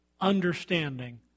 understanding